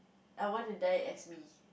I want to die as me